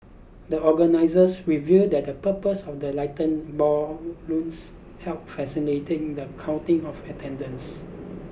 the organisers revealed that the purpose of the lightened balloons helped facilitating the counting of attendance